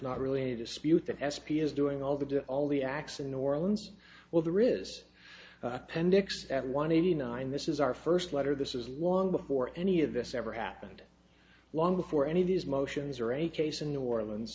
not really a dispute that s p is doing all the all the acts in new orleans well there is appendix at one eighty nine this is our first letter this is long before any of this ever happened long before any of these motions or any case in the orleans